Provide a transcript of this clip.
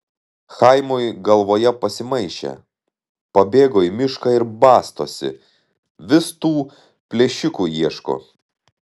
chaimui galvoje pasimaišė pabėgo į mišką ir bastosi vis tų plėšikų ieško